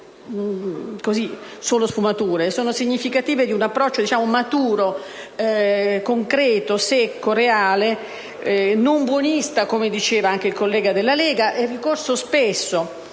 non sono tali ma significative di un approccio maturo, concreto, secco, reale e non buonista, come diceva il collega della Lega, che è ricorso spesso,